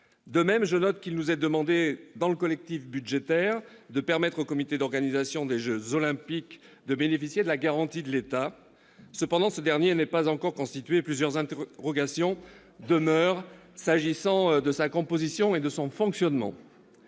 De même, je note qu'il nous est demandé dans le collectif budgétaire de permettre au comité d'organisation des jeux Olympiques, le COJO, de bénéficier de la garantie de l'État. Cependant, ce comité n'est pas encore constitué et plusieurs interrogations demeurent s'agissant de sa composition et de son fonctionnement.